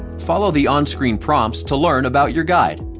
follow the on-screen prompts to learn about your guide.